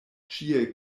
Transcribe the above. ĉie